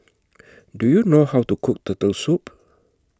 Do YOU know How to Cook Turtle Soup